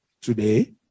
today